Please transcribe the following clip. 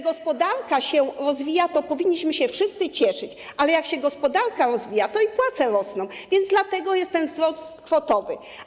Gospodarka się rozwija, z tego powinniśmy się wszyscy cieszyć, ale jak się gospodarka rozwija, to i płace rosną, więc dlatego jest ten wzrost kwotowy.